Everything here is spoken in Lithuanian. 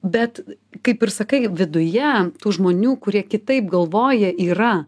bet kaip ir sakai viduje tų žmonių kurie kitaip galvoja yra